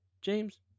James